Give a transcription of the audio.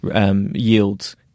yields